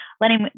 letting